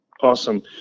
Awesome